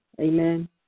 Amen